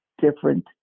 different